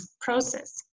process